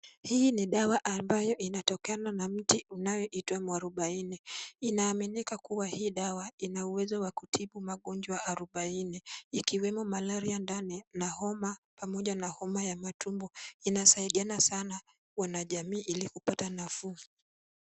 Hii ni dawa ambayo inatokana na mti unaoitwa muarubaini. Inaaminika hii dawa ina uwezo wa kutibu magonjwa arubaini, ikiwemo malaria ndani na homa pamoja na homa ya matumbo. Inasaidiana sana wanajamii ili kupata nafuu.